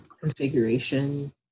configuration